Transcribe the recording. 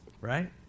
right